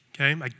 Okay